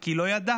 כי לא ידע,